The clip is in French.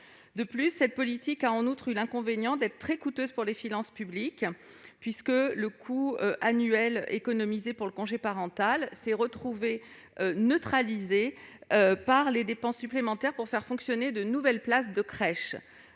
retraite. Cette politique a, en outre, eu l'inconvénient d'être très coûteuse pour les finances publiques, puisque les économies réalisées sur le congé parental se sont retrouvées neutralisées par les dépenses supplémentaires destinées à faire fonctionner les nouvelles places de crèches.